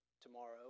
tomorrow